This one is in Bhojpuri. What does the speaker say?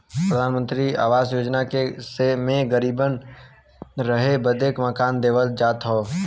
प्रधानमंत्री आवास योजना मे गरीबन के रहे बदे मकान देवल जात हौ